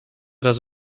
raz